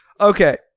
Okay